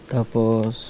Tapos